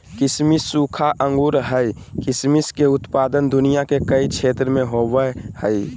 किसमिस सूखा अंगूर हइ किसमिस के उत्पादन दुनिया के कई क्षेत्र में होबैय हइ